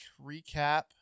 recap